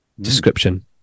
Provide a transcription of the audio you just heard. description